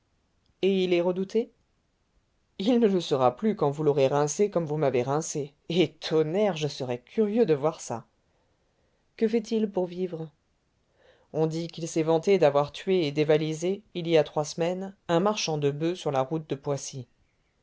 et il est redouté il ne le sera plus quand vous l'aurez rincé comme vous m'avez rincé et tonnerre je serais curieux de voir ça que fait-il pour vivre on dit qu'il s'est vanté d'avoir tué et dévalisé il y a trois semaines un marchand de boeufs sur la route de poissy